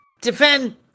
Defend